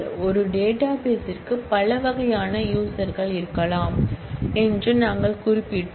ஒரு டேட்டாபேஸ்ற்கு பல வகையான யூஸர் இருக்கலாம் என்று நாங்கள் குறிப்பிட்டோம்